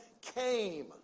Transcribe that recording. came